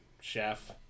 chef